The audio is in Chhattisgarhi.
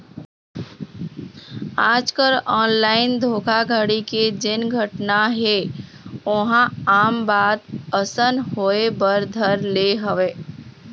आजकल ऑनलाइन धोखाघड़ी के जेन घटना हे ओहा आम बात असन होय बर धर ले हवय